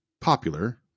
popular